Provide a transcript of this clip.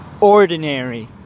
ordinary